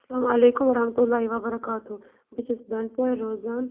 اسلامُ علیکُم ورحمتُہ اللہِ وَبَرکاتہ بہٕ چھَس بنٛڈپورِ روزان